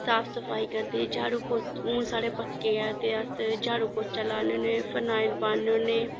साफ सफाई करदे झाड़ू पौच हून साढ़े पक्के ऐ ते अस झाड़ू पौचा लान्ने होन्ने फनाईल पान्ने होन्ने